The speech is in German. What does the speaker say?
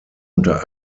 unter